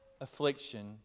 affliction